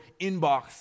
inbox